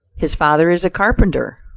his father is a carpenter,